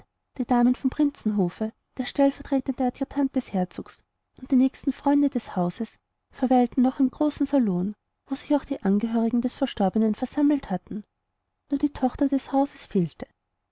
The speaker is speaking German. die damen vom prinzenhofe der stellvertretende adjutant des herzogs und die nächsten freunde des hauses verweilten noch im großen salon wo sich auch die angehörigen des verstorbenen versammelt hatten nur die tochter des hauses fehlte